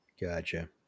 Gotcha